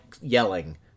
yelling